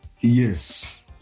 Yes